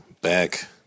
back